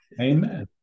amen